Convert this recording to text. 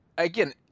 Again